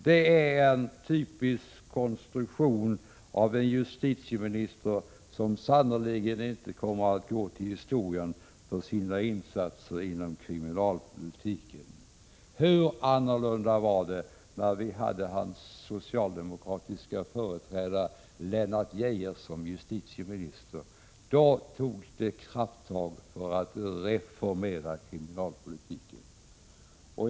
Det är en typisk konstruktion av en justitieminister som sannerligen inte kommer att gå till historien för sina insatser inom kriminalpolitiken. Hur annorlunda var det inte när vi hade hans socialdemokratiske företrädare Lennart Geijer som justitieminister! Då togs krafttag för att reformera kriminalpolitiken.